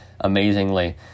amazingly